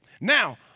Now